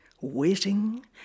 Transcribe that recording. waiting